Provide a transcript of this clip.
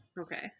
Okay